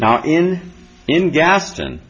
now in in gaston